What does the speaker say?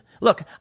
look